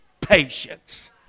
patience